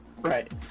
Right